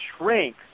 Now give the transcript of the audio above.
shrink